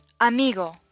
Amigo